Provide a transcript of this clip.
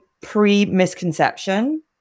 pre-misconception